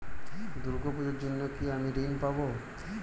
দুর্গা পুজোর জন্য কি আমি ঋণ পাবো?